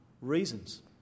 reasons